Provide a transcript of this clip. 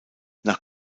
nach